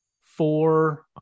four